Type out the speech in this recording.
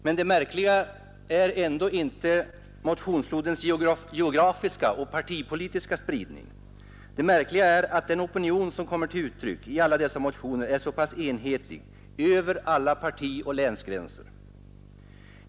Men det märkliga är ändå inte motionsflodens geografiska och partipolitiska spridning. Det märkliga är att den opinion som kommer till uttryck i alla dessa motioner är så pass enhetlig över alla partioch länsgränser.